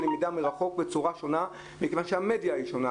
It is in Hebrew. למידה מרחוק בצורה שונה מכיוון שהמדיה היא שונה.